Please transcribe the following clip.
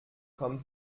kommt